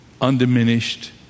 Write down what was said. undiminished